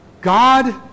God